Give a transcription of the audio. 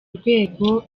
rwego